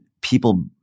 people